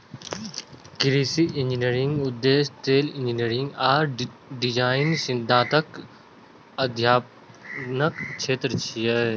कृषि इंजीनियरिंग कृषि उद्देश्य लेल इंजीनियरिंग आ डिजाइन सिद्धांतक अध्ययनक क्षेत्र छियै